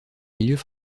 milieux